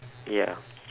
ya